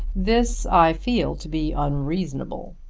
this i feel to be unreasonable.